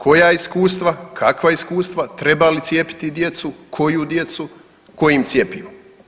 Koja iskustva, kakva iskustva, treba li cijepiti djecu, koju djecu, kojim cjepivom?